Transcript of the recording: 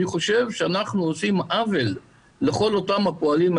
אני חושב שאנחנו עושים עוול לכל אותם פועלים.